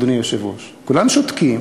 אדוני היושב-ראש, וכולם שותקים